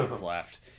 left